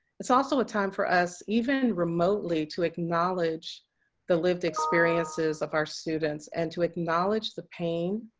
it's ah so a time for us even remotely to acknowledge the lived experiences of our students and to acknowledge the pain